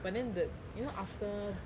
but then the you know after